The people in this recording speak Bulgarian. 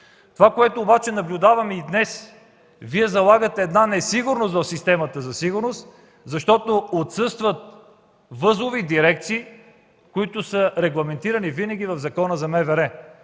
Обаче и днес наблюдаваме това, че залагате несигурност в системата за сигурност, защото отсъстват възлови дирекции, които са регламентирани винаги в Закона за МВР.